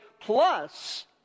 plus